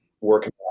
working